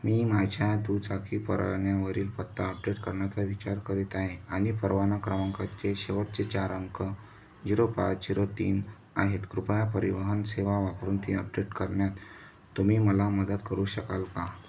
मी माझ्या दुचाकी परवान्यावरील पत्ता अपडेट करण्याचा विचार करीत आहे आणि परवाना क्रमांकाचे शेवटचे चार अंक झिरो पाच झिरो तीन आहेत कृपया परिवहन सेवा वापरून ती अपडेट करण्यात तुम्ही मला मदत करू शकाल का